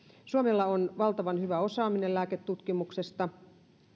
suomella on valtavan hyvä osaaminen lääketutkimuksesta